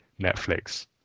Netflix